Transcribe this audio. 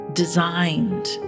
designed